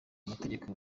mategeko